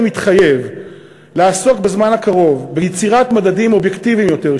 אני מתחייב לעסוק בזמן הקרוב ביצירת מדדים אובייקטיביים יותר,